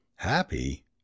happy